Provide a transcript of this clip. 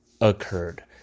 occurred